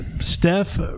Steph